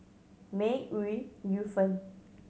May Ooi Yu Fen